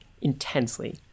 intensely